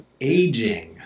aging